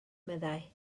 meddai